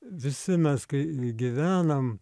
visi mes kai gyvenam